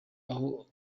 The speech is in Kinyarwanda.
aho